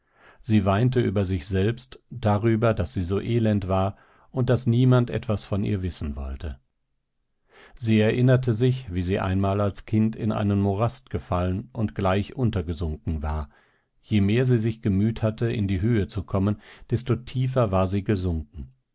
sie weinte über sich selbst darüber daß sie so elend war und daß niemand etwas von ihr wissen wollte sie erinnerte sich wie sie einmal als kind in einen morast gefallen und gleich untergesunken war je mehr sie sich gemüht hatte in die höhe zu kommen desto tiefer war sie gesunken